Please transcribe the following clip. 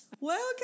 welcome